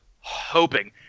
hoping